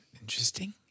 interesting